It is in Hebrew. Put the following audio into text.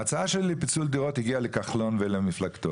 ההצעה שלי לפיצול דירות הגיעה לכחלון ולמפלגתו.